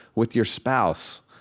with your spouse.